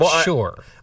sure